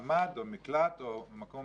ממ"ד או מקלט או מקום